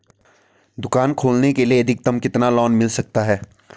दुकान खोलने के लिए अधिकतम कितना लोन मिल सकता है?